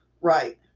Right